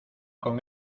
con